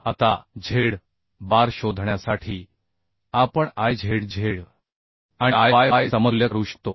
आता Z bar शोधण्यासाठी आपण Izz आणि Iyy समतुल्य करू शकतो